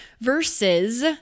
Versus